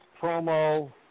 promo